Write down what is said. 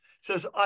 Says